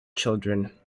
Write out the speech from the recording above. children